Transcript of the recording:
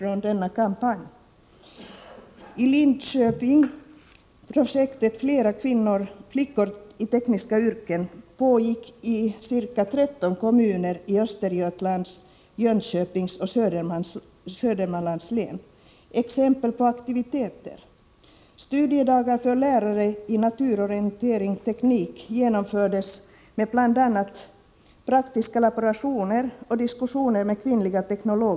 Jag skall nämna några exempel på aktiviteter från denna kampanj.